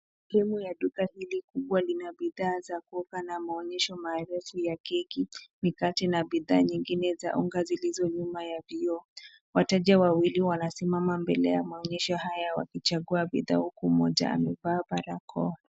Sehemu ya duka hili kubwa lina bidhaa za kuokwa na maonyesho marefu ya keki, mikate na bidhaa nyingine za unga zilizo nyuma ya vioo. Wateja wawili wanasimama mbele ya maonyesho haya wakichagua bidhaa huku mmoja amavea barakoa.